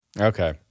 Okay